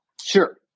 Sure